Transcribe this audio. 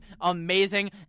amazing